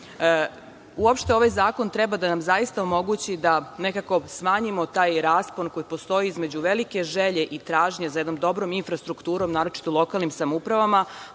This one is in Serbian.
ovaj zakon treba da nam zaista omogući da nekako smanjimo taj raspon koji postoji između velike želje i tražnje za jednom dobrom infrastrukturom, naročito u lokalnim samoupravama,